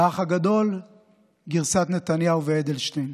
האח הגדול גרסת נתניהו ואדלשטיין.